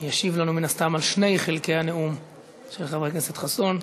הוא ישיב לנו מן הסתם על שני חלקי הנאום של חבר הכנסת חסון.